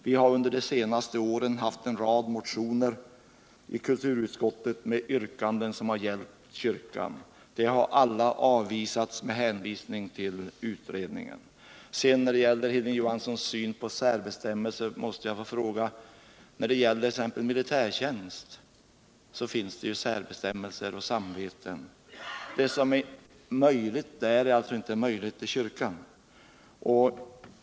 Vi har under de senaste åren haft en rad motioner i KU som också gällt kyrkan. De har alla avvisats med hänvisning till pågående utredningar. Vad beträffar Hilding Johanssons syn på särbestämmelser måste jag göra en reflexion. När det gäller t.ex. militärtjänst finns det ju också särbestämmelser och känsliga samveten. Det som är möjligt där är alltså inte möjligt för kyrkan!